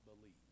believe